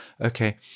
okay